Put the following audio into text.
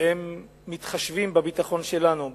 מתחשבים בביטחון שלנו,